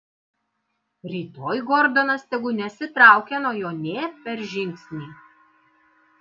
rytoj gordonas tegu nesitraukia nuo jo nė per žingsnį